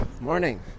morning